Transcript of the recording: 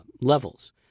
levels